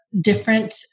different